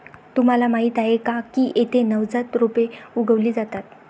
तुम्हाला माहीत आहे का की येथे नवजात रोपे उगवली जातात